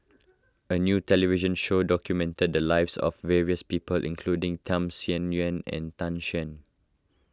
a new television show documented the lives of various people including Tham Sien Yuen and Tan Shen